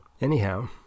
Anyhow